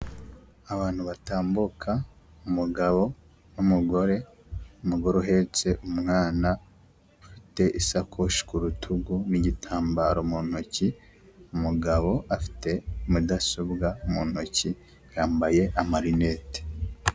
Abantu batambuka umugabo n'umugore. Umugore uhetse umwana ufite isakoshi ku rutugu n'igitambaro mu ntoki. Umugabo afite mudasobwa mu ntoki yambaye amarinete.